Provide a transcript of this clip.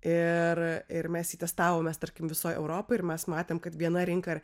ir ir mes jį testavomės tarkim visoj europoj ir mes matėm kad viena rinka